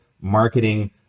marketing